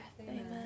Amen